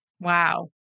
Wow